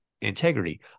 integrity